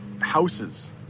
houses